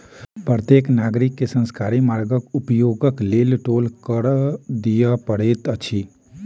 प्रत्येक नागरिक के सरकारी मार्गक उपयोगक लेल टोल कर दिअ पड़ैत अछि